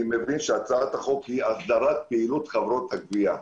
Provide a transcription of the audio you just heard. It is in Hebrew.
אני מבין שהצעת החוק היא הסדרת פעילות חברות הגבייה.